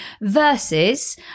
versus